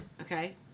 Okay